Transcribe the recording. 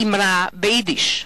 אמרה ביידיש,